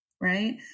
right